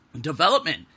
development